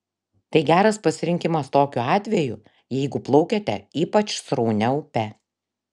tai geras pasirinkimas tokiu atveju jeigu plaukiate ypač sraunia upe